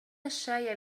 الشاي